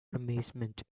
amazement